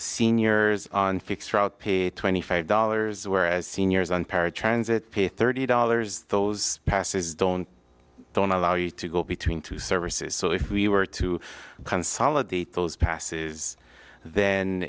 seniors on fixed route pay twenty five dollars whereas seniors on paratransit pay thirty dollars those passes don't don't allow you to go between two services so if we were to consolidate those passes th